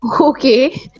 Okay